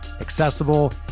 accessible